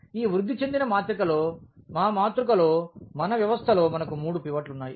ఈ వృద్ధి చెందిన మాత్రికలో ఈ మాతృకలో మన వ్యవస్థలో మనకు మూడు పివట్లు ఉన్నాయి